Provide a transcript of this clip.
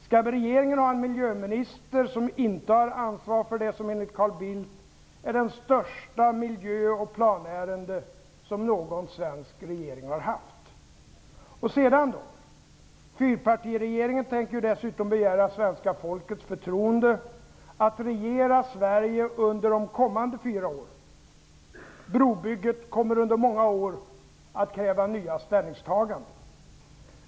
Skall regeringen ha en miljöminister som inte har ansvar för det som enligt Carl Bildt är det största miljöoch planärende som någon svensk regering har haft? Fyrpartiregeringen tänker dessutom begära svenska folkets förtroende att regera Sverige under de kommande fyra åren. Brobygget kommer under många år att kräva nya ställningstaganden.